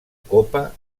copa